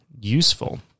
useful